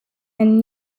and